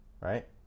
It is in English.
right